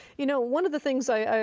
you know one of the things i